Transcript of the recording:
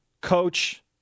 coach